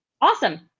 Awesome